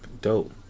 dope